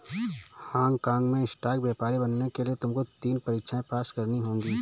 Hong काँग में stock व्यापारी बनने के लिए तुमको तीन परीक्षाएं पास करनी होंगी